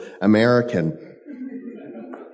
American